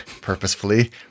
purposefully